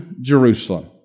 Jerusalem